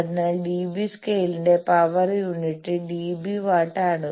അതിനാൽ ഡിബി സ്കെയിലിന്റെ power unit dB watt ആണ്